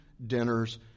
dinners